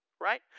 Right